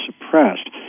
suppressed